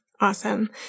Awesome